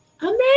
amazing